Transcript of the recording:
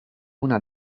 una